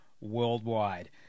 worldwide